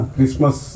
Christmas